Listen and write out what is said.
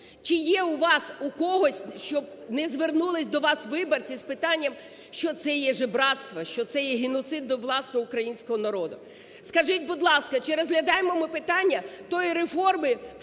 Чи є у вас у когось, щоб не звернулись до вас виборці з питанням, що це є жебрацтво, що це є геноцид до, власне, українського народу? Скажіть, будь ласка, чи розглядаємо ми питання тої "реформи"